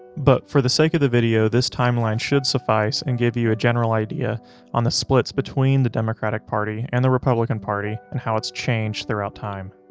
but for the sake of the video, this timeline should suffice, and give you you a general idea on the splits between the democratic party and the republican party, and how it's changed throughout time.